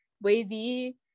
wavy